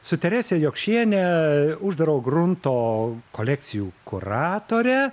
su terese jokšiene uždaro grunto kolekcijų kuratore